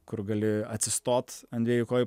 kur gali atsistot ant dviejų kojų